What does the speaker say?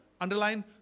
underline